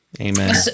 Amen